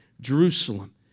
Jerusalem